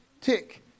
Tick